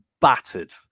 battered